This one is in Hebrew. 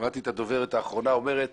שמעתי את הדוברת האחרונה אומרת